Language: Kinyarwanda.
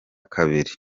kabiri